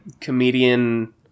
comedian